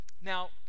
Now